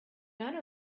none